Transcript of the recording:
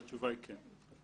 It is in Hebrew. והתשובה היא כן.